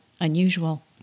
unusual